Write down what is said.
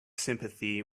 sympathy